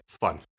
fun